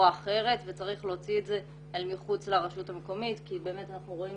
אחרת וצריך להוציא את זה אל מחוץ לרשות המקומית כי באמת אנחנו רואים